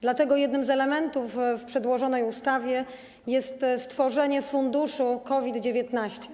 Dlatego jednym z elementów wprowadzanych w przedłożonej ustawie jest stworzenie Funduszu COVID-19.